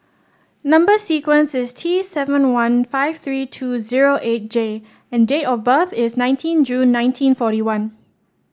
number sequence is T seven one five three two zero eight J and date of birth is nineteen June nineteen forty one